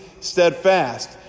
steadfast